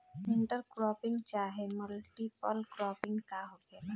Inter cropping चाहे multiple cropping का होखेला?